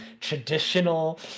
traditional